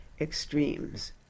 extremes